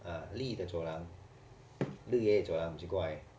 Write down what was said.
ah 绿的走廊绿的走廊奇怪